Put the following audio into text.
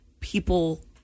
people